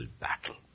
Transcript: battle